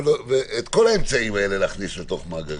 להכניס את כל האמצעים למאגרים.